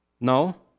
No